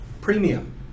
premium